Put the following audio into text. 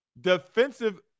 Defensive